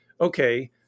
okay